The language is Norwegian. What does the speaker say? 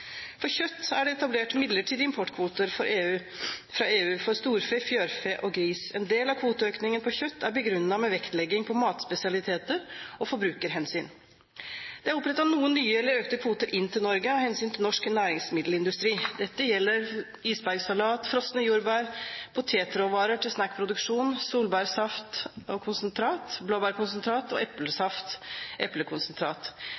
For kjøtt er det etablert midlertidige importkvoter fra EU for storfe, fjørfe og gris. En del av kvoteøkningen på kjøtt er begrunnet med vektlegging på matspesialiteter og forbrukerhensyn. Det er opprettet noen nye eller økte kvoter inn til Norge av hensyn til norsk næringsmiddelindustri. Dette gjelder isbergsalat, frosne jordbær, potetråvarer til snackproduksjon, solbærsaft og -konsentrat, blåbærkonsentrat og